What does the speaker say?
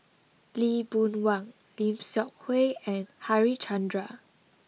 Lee Boon Wang Lim Seok Hui and Harichandra